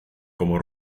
como